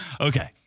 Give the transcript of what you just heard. Okay